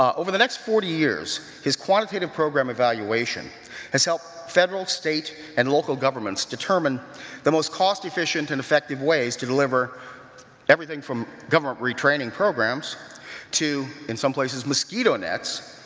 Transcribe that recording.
um over the next forty years, his quantitative program evaluation has helped program, state and local governments determine the most cost efficient and effective ways to deliver everything from government retraining programs to in some places, mosquito nets,